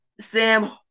Sam